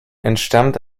entstammt